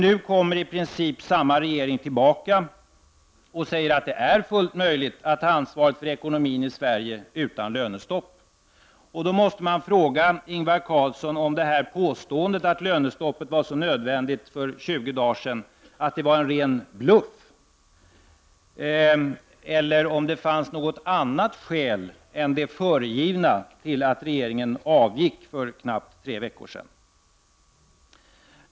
Nu kommer i princip samma regering tillbaka och säger att det är fullt möjligt att ta ansvaret för ekonomin i Sverige utan lönestopp. Då måste jag fråga Ingvar Carlsson om påståendet för 20 dagar sedan att lönestoppet var så nödvändigt var en ren bluff, eller om det fanns något annat skäl än det föregivna till att regeringen avgick för knappt tre veckor sedan.